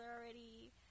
already